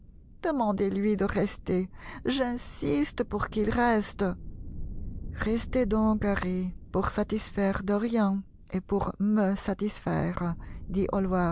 demandez-lui de rester j'insiste pour qu'il reste restez donc harry pour satisfaire dorian et pour me satisfaire